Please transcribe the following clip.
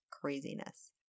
craziness